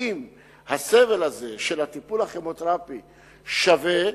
האם הסבל הזה של הטיפול הכימותרפי שווה,